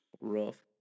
rough